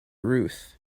ruth